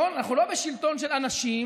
אנחנו לא בשלטון של אנשים,